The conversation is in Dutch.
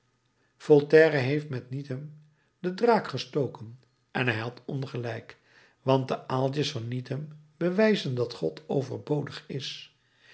voltaire heeft met needham den draak gestoken en hij had ongelijk want de aaltjes van needham bewijzen dat god overbodig is